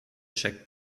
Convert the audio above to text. checkt